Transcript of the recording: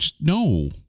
no